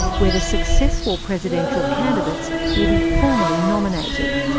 where the successful presidential candidates will be formally nominated.